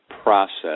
process